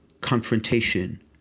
confrontation